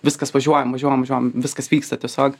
viskas važiuojam važiuojam važiuojam viskas vyksta tiesiog